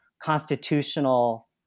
constitutional